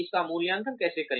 हम इसका मूल्यांकन कैसे करेंगे